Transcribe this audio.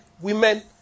women